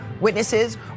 witnesses